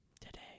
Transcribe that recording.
Today